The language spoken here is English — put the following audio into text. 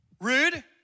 Rude